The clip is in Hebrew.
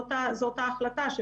וזאת החלטה של